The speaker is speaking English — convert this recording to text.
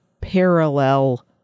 parallel